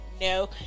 no